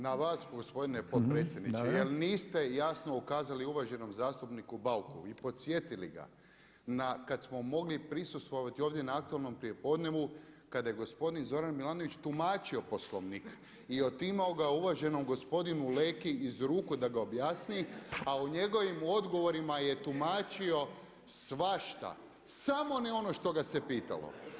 Na vas gospodine potpredsjedniče jer niste jasno ukazali uvaženom zastupniku Bauku i podsjetili ga na kad smo mogli prisustvovati ovdje na aktualno prijepodnevu kada je gospodin Zoran Milanović tumačio Poslovnik i otimao ga uvaženom gospodinu Leki iz ruku da ga objasni a u njegovom odgovorima je tumačio svašta samo ne ono što ga se pitalo.